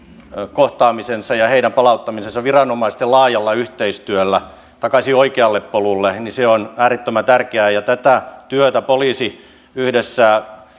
kohtaaminen ja palauttaminen viranomaisten laajalla yhteistyöllä takaisin oikealle polulle äärettömän tärkeää tätä työtä poliisi yhdessä